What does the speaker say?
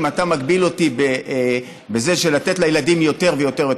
אתה מגביל אותי בלתת לילדים יותר ויותר.